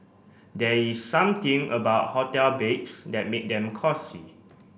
there is something about hotel beds that make them cosy